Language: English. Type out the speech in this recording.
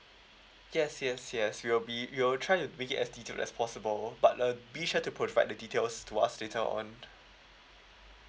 yes yes yes we will be we will try to make it as detailed as possible but uh be sure to provide the details to us later on